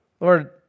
Lord